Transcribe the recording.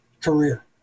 career